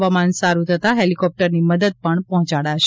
હવામાન સારૂં થતાં હેલિકોપ્ટરની મદદ પણ પહોંચાડાશે